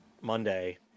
monday